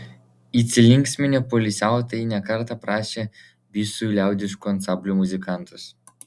įsilinksminę poilsiautojai ne kartą prašė bisui liaudiškų ansamblių muzikantus